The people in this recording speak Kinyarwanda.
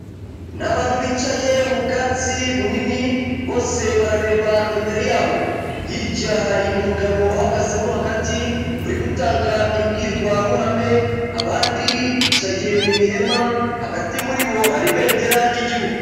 Ni abantu bicaye mu bwatsi bunini bose barareba imbere yabo, hirya hari umugabo uhagazemo hagati uri gutanga imbwirwaruhame abandi bicagiye mu ihema, hagati muri bo hari ibendera ry'igihugu.